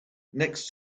next